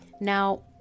now